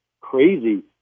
crazy